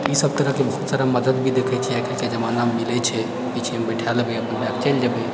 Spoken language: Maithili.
तऽ ई सब तरहके बहुत सारा मदति भी देखै छियै आइकाल्हिके जमानामे मिलै छै पीछेमे बैठाय लेबै चलि जेबै